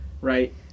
Right